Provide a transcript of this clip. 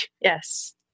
Yes